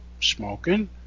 smoking